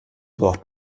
braucht